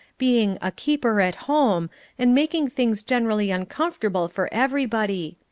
being a keeper at home and making things generally uncomfortable for everybody.